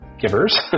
givers